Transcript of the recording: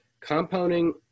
compounding